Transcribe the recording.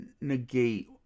negate